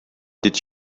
did